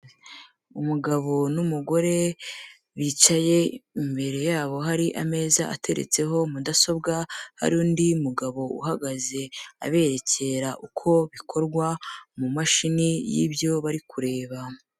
Umugabo n'umugore bicaye imbere yabo hari ameza ateretseho mudasobwa, hari undi mugabo uhagaze aberekera uko bikorwa mu mashini y'ibyo bari kureba.